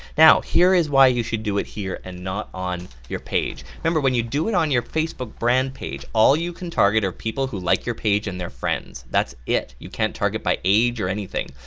now here is why you should do it here and not on your page. remember when you do it on your facebook brand page all you can target are people who like your page and their friends. that's it, you can't target by age or anything.